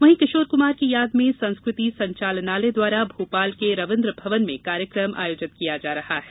वहीं किशोर कुमार की याद में संस्कृति संचालनालय द्वारा भोपाल के रविन्द्र भवन में कार्यक्रम आयोजित किया जा रहा है